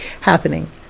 happening